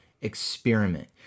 experiment